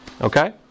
Okay